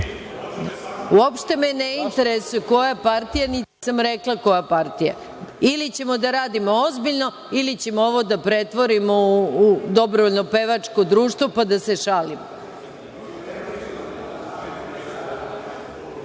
ružno. Uopšte me ne interesuje koja partija, niti sam rekla koja partija. Ili ćemo da radimo ozbiljno ili ćemo ovo da pretvorimo u dobrovoljno pevačko društvo, pa da se šalimo. Prošao